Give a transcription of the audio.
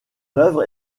œuvre